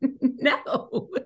no